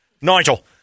Nigel